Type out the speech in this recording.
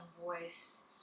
voice